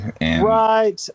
Right